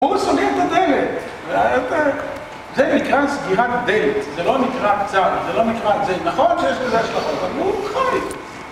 הוא סוגר את הדלת. א... א... זה נקרא סגירת דלת, זה לא נקרא קצר, זה לא נקרא זה... נכון שיש לזה השלכות, אבל הוא חי.